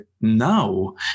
now